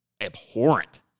abhorrent